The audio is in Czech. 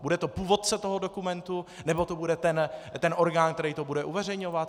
Bude to původce toho dokumentu, nebo to bude orgán, který to bude uveřejňovat?